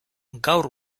gaur